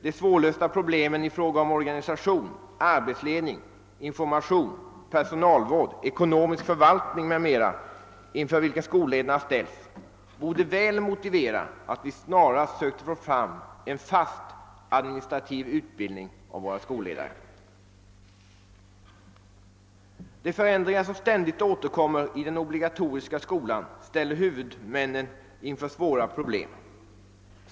De svårlösta problem i fråga om organisation, arbetsledning, information, personalvård, ekonomisk förvaltning m.m. inför vilka skolledarna ställs borde väl motivera, att vi snarast sökte skapa en fast administrativ utbildning av skolledare. De förändringar som ständigt återkommer i den obligatoriska skolan ställer huvudmännen inför svåra problem.